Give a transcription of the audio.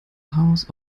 house